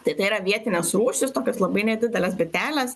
tai tai yra vietinės rūšys tokios labai nedidelės bitelės